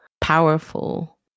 powerful